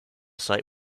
site